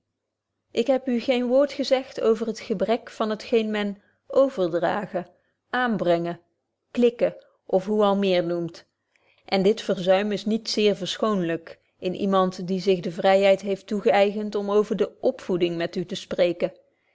ik heb u geen woord gezegd over het gebrek van het geen men overdragen aanbrengen klikken of hoe al meer noemt en dit verzuim is niet zeer verschoonlyk in iemand die zich de vryheid heeft toegeëigend om over de opvoeding met u te spreken